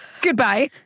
Goodbye